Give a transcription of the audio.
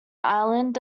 island